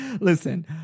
Listen